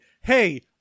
hey